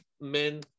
men